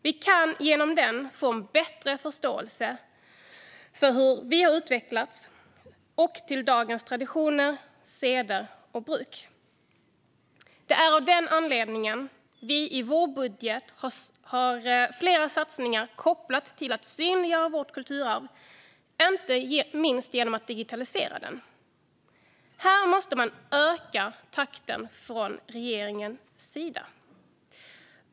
Vi kan genom det få en bättre förståelse för hur vi har utvecklats och för dagens traditioner, seder och bruk. Det är av den anledningen vi i vår budget har flera satsningar kopplat till att synliggöra vårt kulturarv, inte minst genom att digitalisera det. Här måste man öka takten från regeringens sida.